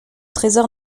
trésor